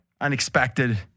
Unexpected